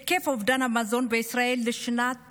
היקף אובדן המזון בישראל לשנת